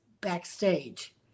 backstage